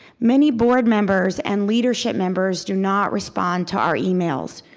many board members and leadership members do not respond to our emails.